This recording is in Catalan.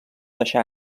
deixar